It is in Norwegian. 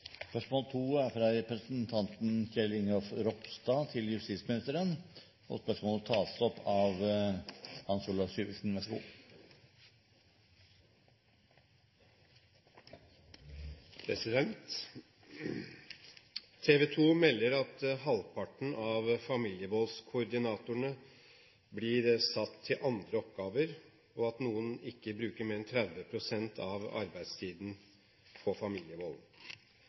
fra representanten Kjell Ingolf Ropstad til justisministeren, vil bli tatt opp av representanten Hans Olav Syversen. «TV 2 melder at halvparten av familievoldskoordinatorene blir satt til andre oppgaver, og at noen ikke bruker mer enn 30 pst. av arbeidstiden på familievold